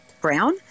brown